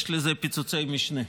יש לזה פיצוצי משנה.